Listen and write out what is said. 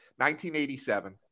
1987